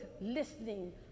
listening